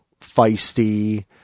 feisty